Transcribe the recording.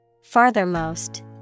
Farthermost